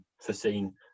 foreseen